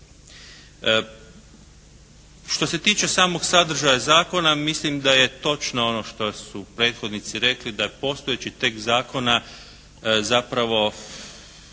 Što se tiče samog sadržaja zakona mislim da je točno ono što su prethodnici rekli da postojeći tekst zakona zapravo